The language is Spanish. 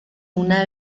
una